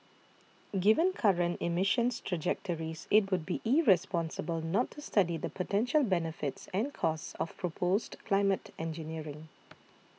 given current emissions trajectories it would be irresponsible not to study the potential benefits and costs of proposed climate engineering